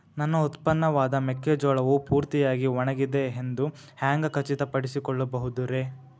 ನನ್ನ ಉತ್ಪನ್ನವಾದ ಮೆಕ್ಕೆಜೋಳವು ಪೂರ್ತಿಯಾಗಿ ಒಣಗಿದೆ ಎಂದು ಹ್ಯಾಂಗ ಖಚಿತ ಪಡಿಸಿಕೊಳ್ಳಬಹುದರೇ?